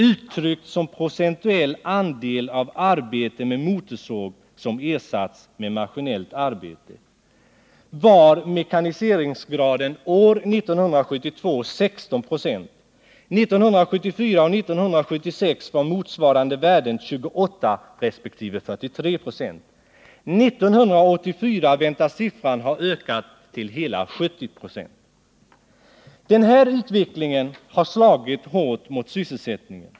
Uttryckt som procentuell andel av arbete med motorsåg som ersatts med maskinellt arbete var mekaniseringsgraden 16 96 år 1972. Åren 1974 och 1976 var motsvarande värden 28 resp. 43 26. År 1984 väntas mekaniseringsgraden ha ökat till hela 70 26. Denna utveckling har slagit hårt mot sysselsättningen.